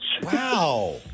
Wow